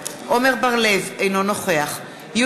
אינו נוכח עמר בר-לב,